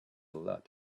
lot